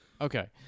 Okay